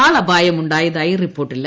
ആളപായമുണ്ടായതായി റിപ്പോർട്ടില്ല